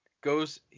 goes